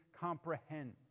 comprehend